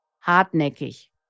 hartnäckig